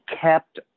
kept